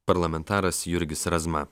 parlamentaras jurgis razma